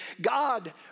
God